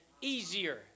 easier